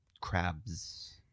Crabs